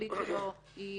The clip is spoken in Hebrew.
שהתכלית שלו היא